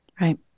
Right